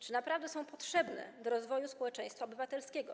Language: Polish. Czy naprawdę są potrzebne do rozwoju społeczeństwa obywatelskiego?